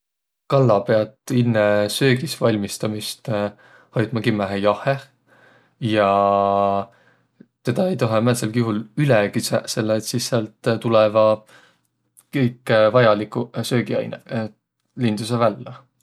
Kalla piät inne söögis valmistamist hoitma kimmähe jahheh ja tedä ei toheq määntselgi juhul üle kütsäq, selle et sis säält tulõvaq kõik vajaliguq söögiainõq lindusõq vällä.